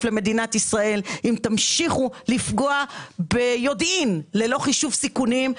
למדינת ישראל אם תמשיכו לפגוע ביודעין ללא חישוב סיכונים,